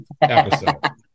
episode